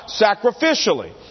sacrificially